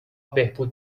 بهبود